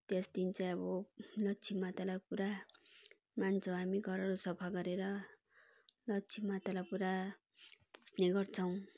त्यस दिन चाहिँ अब लक्ष्मी मातालाई पुरा मान्छौँ हामी घरहरू सफा गरेर लक्ष्मी मातालाई पुरा पुज्ने गर्छौँ